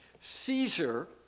Caesar